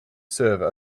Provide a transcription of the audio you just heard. server